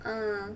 uh